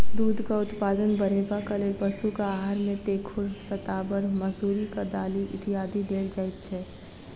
दूधक उत्पादन बढ़यबाक लेल पशुक आहार मे तेखुर, शताबर, मसुरिक दालि इत्यादि देल जाइत छै